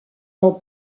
del